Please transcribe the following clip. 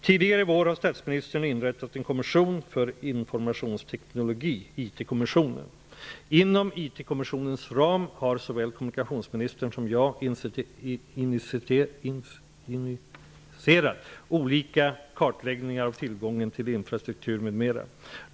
Tidigare i vår har statsministern inrättat en kommission för informationsteknologi -- IT Inom IT-kommissionens ram har såväl kommunikationsministern som jag initierat olika kartläggningar av tillgången till infrastruktur m.m.